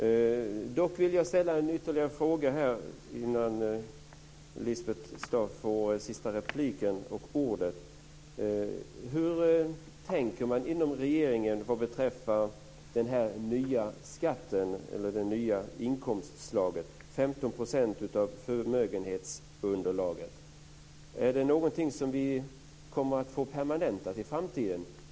Dock vill jag ställa ytterligare en fråga innan Lisbeth Staaf-Igelström får sista repliken och ordet. Hur tänker man inom regeringen vad beträffar det nya inkomstslaget, 15 % av förmögenhetsunderlaget? Är det något som vi kommer att få permanentat i framtiden?